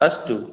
अस्तु